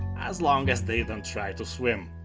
as long as they don't try to swim.